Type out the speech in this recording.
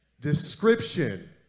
description